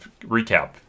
recap